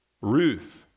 Ruth